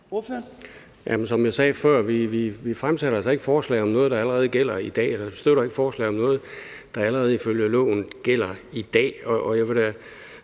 som jeg sagde før: Vi fremsætter altså ikke forslag om noget, der allerede gælder i dag. Vi støtter ikke forslag om noget, der allerede ifølge loven gælder i dag.